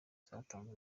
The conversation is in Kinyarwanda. zatanzwe